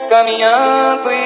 Caminhando